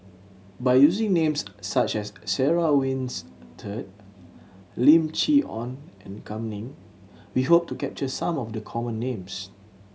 by using names such as Sarah Winstedt Lim Chee Onn and Kam Ning we hope to capture some of the common names